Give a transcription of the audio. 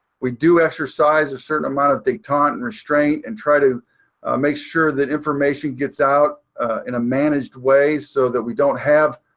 we do exercise a certain amount of detente and restraint and try to make sure that information gets out in a managed way so that we don't have